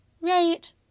right